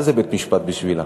מה זה בית-משפט בשבילה?